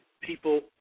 people